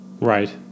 Right